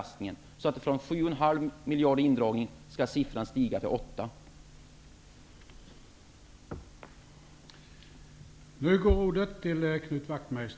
Skall en indragning på 7,5 miljarder kronor stiga till 8 miljarder kronor?